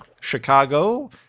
Chicago